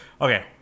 Okay